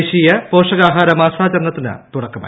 ദേശീയ പോഷകാഹാര മാസാചരണത്തിന് തുടക്കമായി